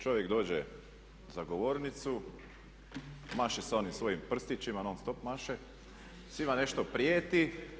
Čovjek dođe za govornicu, maše sa onim svojim prstićima, non stop maše, svima nešto prijeti.